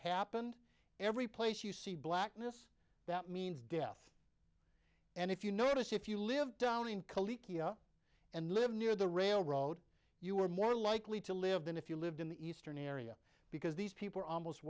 happened every place you see blackness that means death and if you notice if you live down in khaliq and live near the railroad you are more likely to live than if you lived in the eastern area because these people are almost